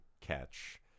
catch